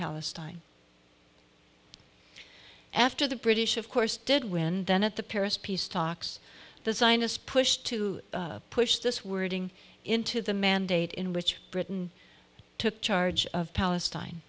palestine after the british of course did when then at the paris peace talks the zionist push to push this wording into the mandate in which britain took charge of palestine